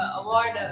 award